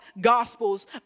gospels